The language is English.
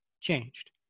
changed